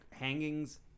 hangings